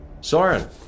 Soren